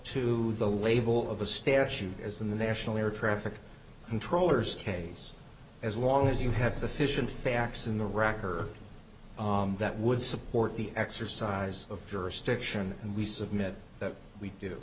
to the label of a statute as in the national air traffic controllers case as long as you have sufficient facts in the rac her that would support the exercise of jurisdiction and we submit that we do